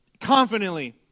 confidently